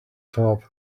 top